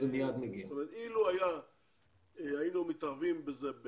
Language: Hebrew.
אילו היינו מתערבים בזה,